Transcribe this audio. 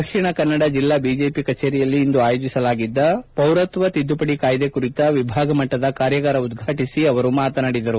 ದಕ್ಷಿಣ ಕನ್ನಡ ಜಿಲ್ಲಾ ಬಿಜೆಪಿ ಕಚೇರಿಯಲ್ಲಿ ಇಂದು ಆಯೋಜಿಸಲಾಗಿದ್ದ ಪೌರತ್ವ ತಿದ್ದುಪಡಿ ಕಾಯ್ದೆ ಕುರಿತ ವಿಭಾಗ ಮಟ್ಟದ ಕಾರ್ಯಾಗಾರ ಉದ್ವಾಟಿಸಿ ಅವರು ಮಾತನಾಡುತ್ತಿದ್ದರು